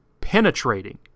penetrating